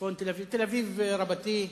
תל-אביב רבתי.